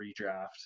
redraft